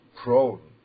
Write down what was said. prone